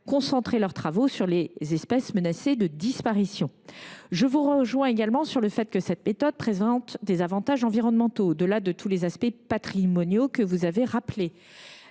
concentrer leurs travaux sur les espèces menacées de disparition. Je vous rejoins également sur le fait que cette méthode présente des avantages environnementaux au delà de tous les aspects patrimoniaux que vous avez rappelés.